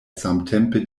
samtempe